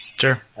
Sure